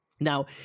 now